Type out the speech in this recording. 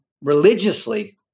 religiously